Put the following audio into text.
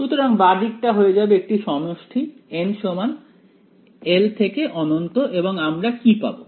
সুতরাং বাঁ দিকটা হয়ে যাবে একটি সমষ্টি n সমান 1 থেকে অনন্ত এবং আমরা কি পাব